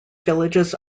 villages